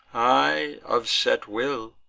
i, of set will,